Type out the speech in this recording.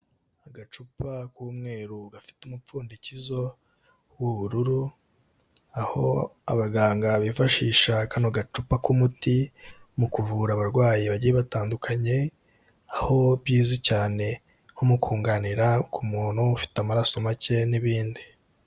agacupa k'umweru gafite umupfundikizo w'ubururu, aho abaganga bifashisha kano gacupa k'umuti mu kuvura abarwayi bagiye batandukanye, aho bizwi cyane nko kunganira ku muntu ufite amaraso make n'ibindi.